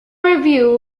review